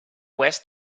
west